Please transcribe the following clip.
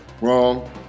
Wrong